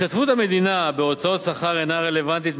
השתתפות המדינה בהוצאות שכר אינה רלוונטית,